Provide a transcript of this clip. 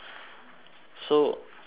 so and then